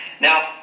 Now